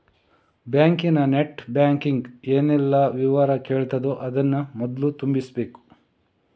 ಬ್ಯಾಂಕಿನ net banking ಏನೆಲ್ಲ ವಿವರ ಕೇಳ್ತದೋ ಅದನ್ನ ಮೊದ್ಲು ತುಂಬಿಸ್ಬೇಕು